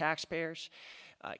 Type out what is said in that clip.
taxpayers